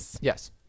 Yes